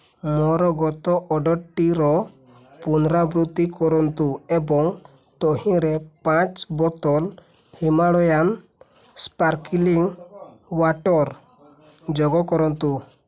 ମୋର ଗତ ଅର୍ଡ଼ର୍ଟିର ପୁନରାବୃତ୍ତି କରନ୍ତୁ ଏବଂ ତହିଁରେ ପାଞ୍ଚ ବୋତଲ ହିମାଲୟାନ୍ ସ୍ପାର୍କ୍ଲିଂ ୱାଟର୍ ଯୋଗ କରନ୍ତୁ